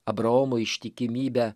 abraomo ištikimybę